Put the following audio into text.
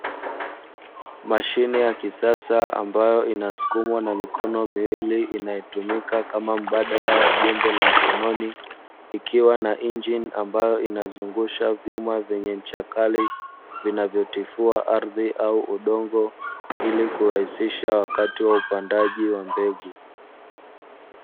Mashine ya kisasa ambayo inasukumwa na mikono miwili inayotumika kama mbadala wa jembe la mkononi ikiwa na injini ambayo inazungusha vyuma vyenye ncha kali, vinavyotifua ardhi au udongo, ili kurahisisha wakati wa upandaji wa mbegu.